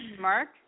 Mark